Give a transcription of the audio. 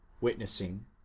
witnessing